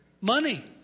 Money